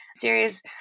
series